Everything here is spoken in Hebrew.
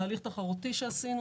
בהליך תחרותי שעשינו,